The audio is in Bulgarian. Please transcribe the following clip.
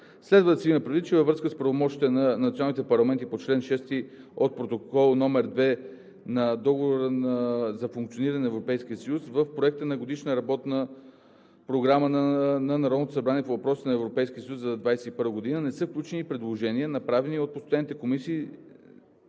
Следва да се има предвид, че във връзка с правомощията на националните парламенти по чл. 6 от Протокол № 2 на Договора за функциониране на Европейския съюз в Проекта на Годишна работна програма на Народното събрание по въпросите на Европейския съюз за 2021 г. не са включени предложения, направени от постоянните комисии,